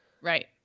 Right